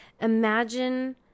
imagine